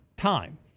time